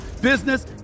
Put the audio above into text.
business